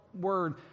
word